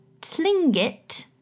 Tlingit